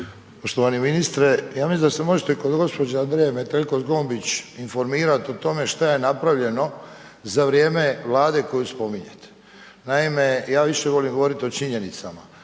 Poštovani ministre, ja mislim da se možete kod gospođe Andreje Metelko Zgombić informirati o tome što je napravljeno za vrijeme vlade koju spominjete. Naime, ja više volim govoriti o činjenicama,